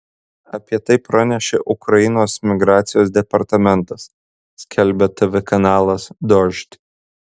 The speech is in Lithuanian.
apie tai pranešė ukrainos migracijos departamentas skelbia tv kanalas dožd